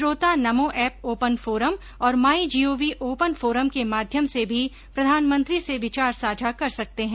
श्रोता NaMo app open forum और My Gov open forum के माध्यम से भी प्रधानमंत्री से विचार साझा कर सकते हैं